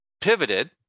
pivoted